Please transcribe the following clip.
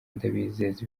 ndabizeza